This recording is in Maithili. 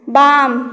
बाम